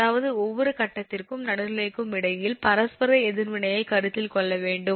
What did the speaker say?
அதாவது ஒவ்வொரு கட்டத்திற்கும் நடுநிலைக்கும் இடையில் பரஸ்பர எதிர்வினையை கருத்தில் கொள்ள வேண்டும்